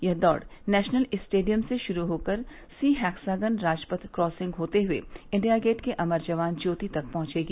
यह दौड़ national stadium से शुरू होकर सी हैग्सागन राजपथ क्रॉसिंग होते हुए इंडिया गेट के अमर जवान ज्योति तक पहुंचेगी